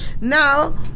Now